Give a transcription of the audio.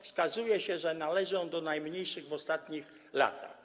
Wskazuje się, że należy on do najmniejszych w ostatnich latach.